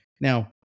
Now